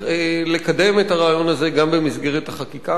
לקדם את הרעיון הזה גם במסגרת החקיקה.